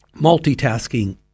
multitasking